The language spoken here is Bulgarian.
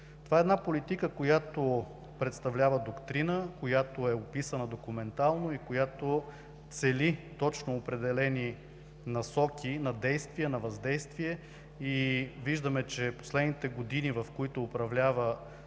Това е политика, която представлява доктрина, описана документално, и която цели точно определени насоки на действие, на въздействие, и виждаме, че в последните години, в които управлява